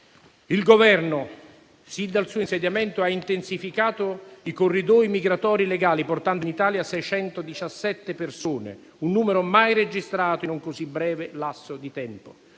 Il Governo, sin dal suo insediamento, ha intensificato i corridoi migratori legali, portando in Italia 617 persone, un numero mai registrato in un così breve lasso di tempo.